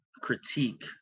critique